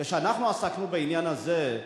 כשאנחנו עסקנו בעניין הזה,